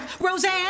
Roseanne